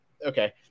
Okay